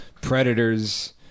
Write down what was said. predators